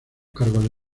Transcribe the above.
cargos